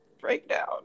breakdown